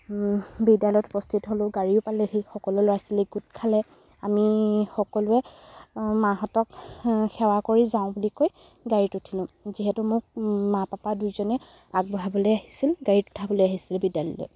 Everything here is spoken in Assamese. বিদ্যালয়ত উপস্থিত হ'লো গাড়ীও পালেহি সকলো ল'ৰা ছোৱালী গোট খালে আমি সকলোৱে মাহঁতক সেৱা কৰি যাওঁ বুলি কৈ গাড়ীত উঠিলো যিহেতু মোক মা পাপা দুয়োজনে আগবঢ়াবলৈ আহিছিল গাড়ীত উঠাবলৈ আহিছিল বিদ্যালয়লৈ